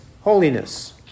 holiness